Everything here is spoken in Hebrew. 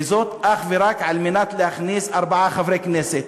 וזאת אך ורק על מנת להכניס ארבעה חברי כנסת?